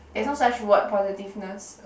there's no such word positiveness